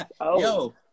yo